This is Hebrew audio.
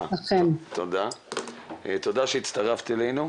תודה שהצטרפת אלינו,